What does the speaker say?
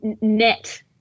net